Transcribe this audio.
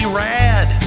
rad